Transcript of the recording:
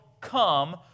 come